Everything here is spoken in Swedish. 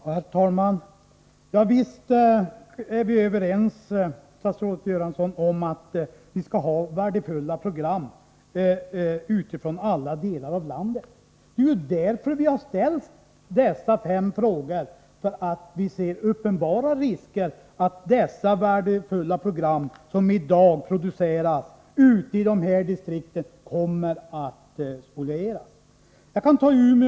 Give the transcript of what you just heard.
Herr talman! Ja visst är vi överens, statsrådet Göransson, om att vi skall ha värdefulla program från alla delar av landet. Det är ju av det skälet som de fem frågor som nu behandlas har framställts. Vi tror nämligen att det föreligger en uppenbar risk att de värdefulla program spolieras som i dag produceras i de aktuella distrikten. I exempelvis Umeådistriktet produceras en mängd program.